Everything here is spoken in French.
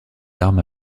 armes